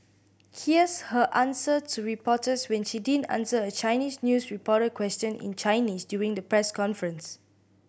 here's her answer to reporters when she didn't answer a Chinese news reporter question in Chinese during the press conference